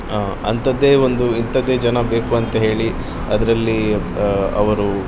ಅಂಥದ್ದೇ ಒಂದು ಇಂಥದ್ದೇ ಜನ ಬೇಕು ಅಂತ ಹೇಳಿ ಅದ್ರಲ್ಲಿ ಅವರು